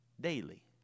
daily